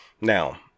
Now